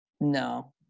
No